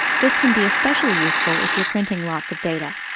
this can be especially useful if you're printing lots of data.